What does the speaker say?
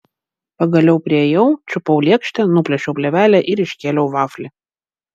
pagaliau priėjau čiupau lėkštę nuplėšiau plėvelę ir iškėliau vaflį